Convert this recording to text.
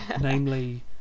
Namely